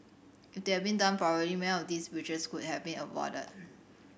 if they had been done properly many of these breaches could have been avoided